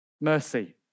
mercy